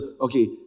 okay